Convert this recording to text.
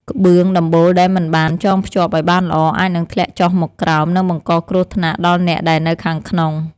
ក្បឿងដំបូលដែលមិនបានចងភ្ជាប់ឱ្យបានល្អអាចនឹងធ្លាក់ចុះមកក្រោម និងបង្កគ្រោះថ្នាក់ដល់អ្នកដែលនៅខាងក្នុង។